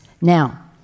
Now